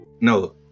no